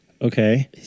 Okay